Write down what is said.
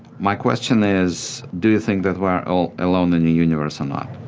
my question is, do you think that we're all alone in the universe or not?